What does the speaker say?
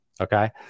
Okay